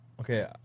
Okay